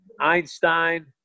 einstein